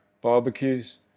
Barbecues